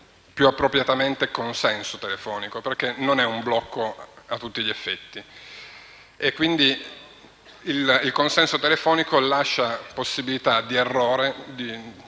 più appropriatamente consenso telefonico, perché non si tratta di un blocco a tutti gli effetti. Quindi, il consenso telefonico lascia la possibilità di errore e di